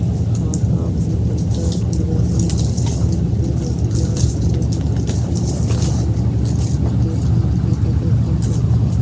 खाता मे पइसा के रहें ले मइनसे ल बियाज घलो मिलथें येहू हर बेंक स्टेटमेंट में पता चल जाथे